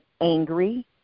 angry